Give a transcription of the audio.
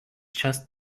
just